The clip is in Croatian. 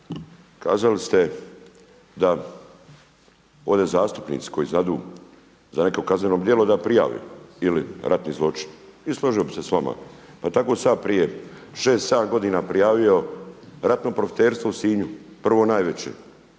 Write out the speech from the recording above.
Kazali ste da ovdje zastupnici koji znaju za neko kazneno djelo da prijave ili ratni zločin. I složio bi se s vama. Pa tako sam ja prije 6, 7 godina prijavio ratno profiterstvo u Sinju prvo najveće